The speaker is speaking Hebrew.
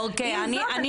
עם זאת, אני